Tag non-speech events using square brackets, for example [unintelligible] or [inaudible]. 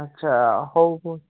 ଆଚ୍ଛା ହଉ [unintelligible]